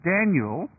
Daniel